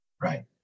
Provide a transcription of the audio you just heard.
Right